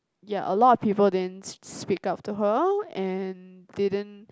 ya a lot of people didn't s~ s~ speak up to her and didn't